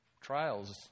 trials